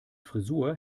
frisur